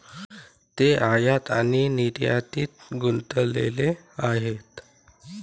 ते आयात आणि निर्यातीत गुंतलेले आहेत